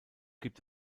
gibt